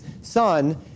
son